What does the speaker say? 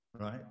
Right